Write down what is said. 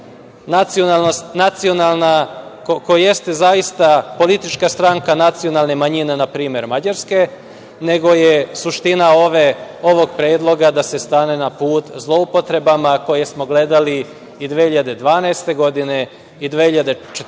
utakmice ko jeste zaista politička stranka nacionalne manjine, npr. mađarske, nego je suština ovog predloga da se stane na put zloupotrebama koje smo gledali i 2012. i 2014.